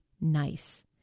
nice